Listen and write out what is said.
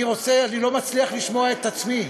אני לא מצליח לשמוע את עצמי.